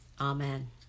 Amen